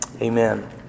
Amen